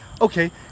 Okay